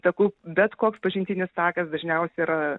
taku bet koks pažintinis takas dažniausia yra